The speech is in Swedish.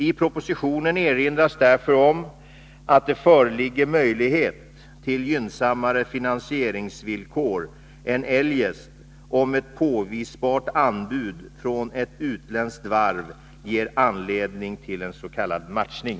I propositionen erinras därför om att det föreligger möjlighet till gynnsammare finansieringsvillkor än eljest om ett påvisbart anbud från ett utländskt varv ger anledning till en s.k. matchning.